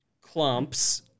clumps